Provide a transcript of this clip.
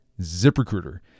ZipRecruiter